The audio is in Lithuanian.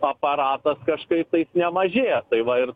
aparatas kažkaip tais nemažėja tai va ir